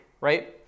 right